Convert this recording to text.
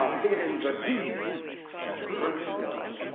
hating the deed that the person does.